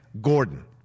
Gordon